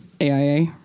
AIA